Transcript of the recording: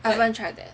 I haven't tried that